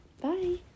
Bye